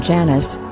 Janice